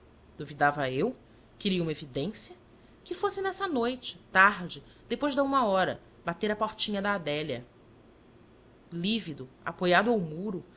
duvidava eu queria uma evidência que fosse nessa noite tarde depois de uma hora bater à portinha da adélia lívido apoiado ao muro